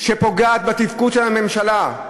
שפוגעות בתפקוד של הממשלה.